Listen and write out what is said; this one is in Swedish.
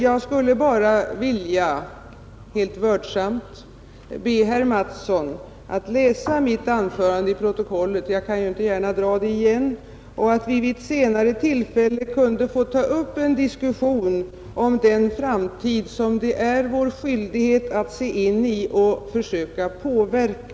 Jag skulle bara helt vördsamt vilja be herr Mattsson att läsa mitt anförande i protokollet — jag kan ju inte gärna dra det igen — så att vi vid ett senare tillfälle kunde få ta upp en diskussion om den framtid som det är vår skyldighet att se in i och försöka påverka.